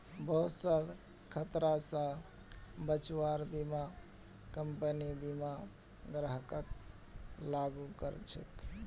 बहुत स खतरा स बचव्वार बीमा कम्पनी बीमा ग्राहकक लागू कर छेक